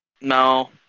no